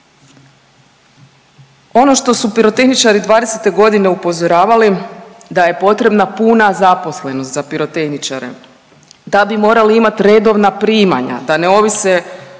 Ono što su pirotehničari '20.-te godine upozoravali da je potrebna puna zaposlena za pirotehničari, da bi morali imati redovna primanja da ne ovise